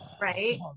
right